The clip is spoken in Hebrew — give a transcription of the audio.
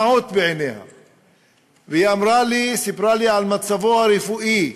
היא סיפרה לי על מצבו הרפואי,